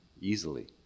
easily